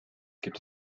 gibt